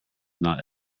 not